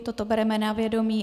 Toto bereme na vědomí.